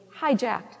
hijacked